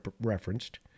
referenced